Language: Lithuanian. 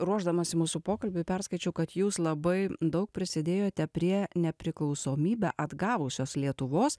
ruošdamasi mūsų pokalbiui perskaičiau kad jūs labai daug prisidėjote prie nepriklausomybę atgavusios lietuvos